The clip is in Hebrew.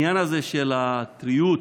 העניין הזה של הטריות,